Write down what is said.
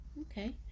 Okay